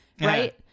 right